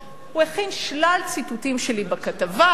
הוא הכין שלל ציטוטים שלי בכתבה,